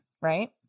right